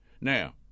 Now